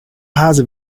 hase